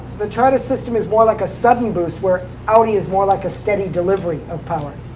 the toyota system is more like a sudden boost, where audi is more like a steady delivery of power.